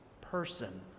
person